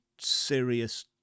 serious